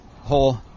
Whole